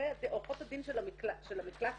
עורכות הדין של המקלט,